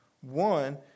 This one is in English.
one